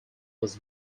was